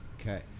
Okay